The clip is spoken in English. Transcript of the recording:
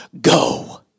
go